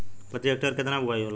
प्रति हेक्टेयर केतना बुआई होला?